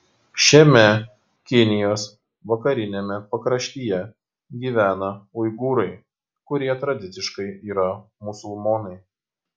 šiame kinijos vakariniame pakraštyje gyvena uigūrai kurie tradiciškai yra musulmonai